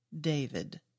David